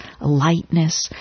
lightness